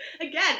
Again